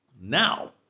Now